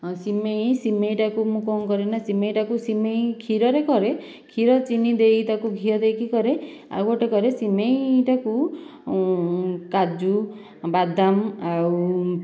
ସିମେଇ ସିମେଇ ଟାକୁ ମୁଁ କଣ କରେ ନା ଟାକୁ ସିମେଇ କ୍ଷୀରରେ କରେ କ୍ଷୀର ଚିନି ଦେଇ ତାକୁ ଘିଅ ଦେଇକି କରେ ଆଉ ଗୋଟିଏ କରେ ସିମେଇ ଟାକୁ କାଜୁ ବାଦାମ ଆଉ